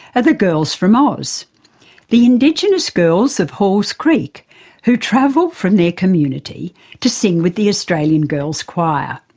are the girls from oz the indigenous girls of halls creek who travel from their community to sing with the australian girls' choir.